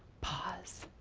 pause.